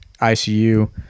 ICU